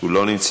הוא לא נמצא.